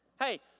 Hey